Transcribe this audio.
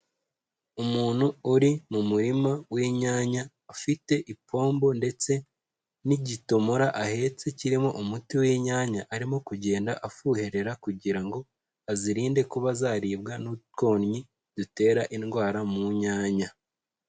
Umuntu uri mu murima w'inyanya, afite ipombo ndetse n'ikidomora ahetse kirimo umuti w'inyanya arimo kugenda afuherera kugira ngo azirinde kuba zaribwa n'utwonyi dutera indwara mu nyanya.